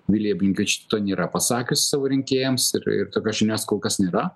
vilija blinkevičiūtė to nėra pasakiusi savo rinkėjams ir ir tokios žinios kol kas nėra